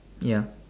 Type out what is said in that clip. ya